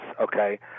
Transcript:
okay